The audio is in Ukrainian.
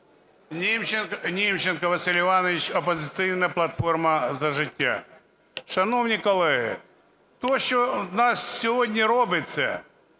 Німченко Василь Іванович, "Опозиційна платформа – За життя". Шановні колеги, то, що у нас сьогодні робиться,